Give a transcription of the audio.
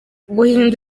guhindura